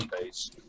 base